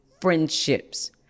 Friendships